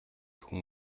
хүн